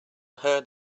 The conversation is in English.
heard